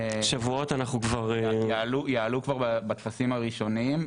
יעלו כבר בטפסים הראשונים.